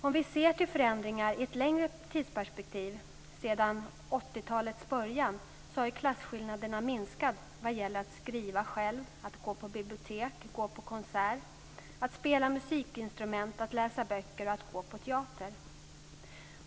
Om vi ser till förändringar från 80-talets början och i ett längre tidsperspektiv har klasskillnaderna minskat när det gäller att skriva själv, att besöka bibliotek, att gå på konserter, att spela musikinstrument, att läsa böcker och att gå på teater.